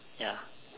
ya